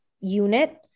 unit